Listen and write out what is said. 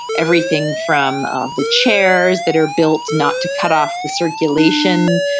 everything from ah the chairs that are built not to cut off the circulation,